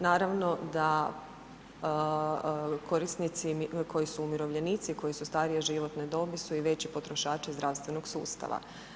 Naravno da korisnici koji su umirovljenici koji su starije životne dobi su i veći potrošači zdravstvenog sustava.